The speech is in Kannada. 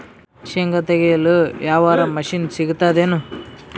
ಶೇಂಗಾ ತೆಗೆಯಲು ಯಾವರ ಮಷಿನ್ ಸಿಗತೆದೇನು?